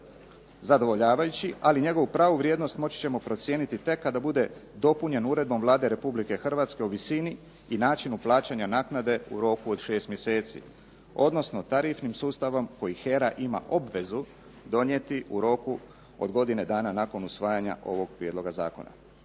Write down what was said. zadovoljavajući, ali njegovu pravu vrijednost moći ćemo procijeniti tek kada bude dopunjen uredbom Vlade Republike Hrvatske o visini i načinu plaćanja naknade u roku od šest mjeseci, odnosno tarifnim sustavom koji HERA ima obvezu donijeti u roku od godine dana nakon usvajanja ovog prijedloga zakona.